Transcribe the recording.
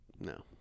No